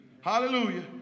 Hallelujah